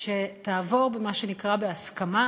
שתעבור מה שנקרא בהסכמה,